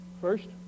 First